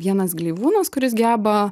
vienas gleivūnas kuris geba